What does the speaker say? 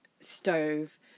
stove